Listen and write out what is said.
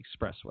Expressway